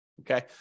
Okay